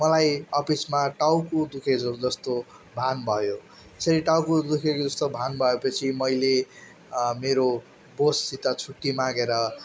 मलाई अफिसमा टाउको दुखे जस्तो भान भयो त्यसरी टाउको दुखेको जस्तो भान भए पछि मैले मेरो बससित छुट्टी मागेर